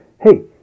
hey